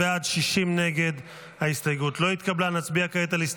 הסתייגות 41 לא נתקבלה.